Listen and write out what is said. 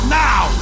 now